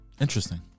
Interesting